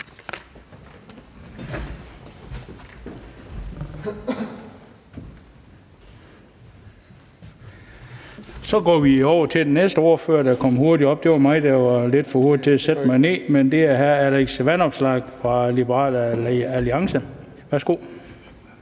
Så går vi over til den næste ordfører, der kom hurtigt op – det var mig, der var lidt for hurtig til at sætte mig ned – og det er hr. Alex Vanopslagh fra Liberal Alliance. Værsgo.